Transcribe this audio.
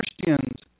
Christians